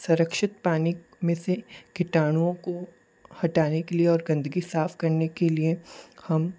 सुरक्षित पानी में से कीटाणुओं को हटाने के लिए और गंदगी साफ़ करने के लिए हम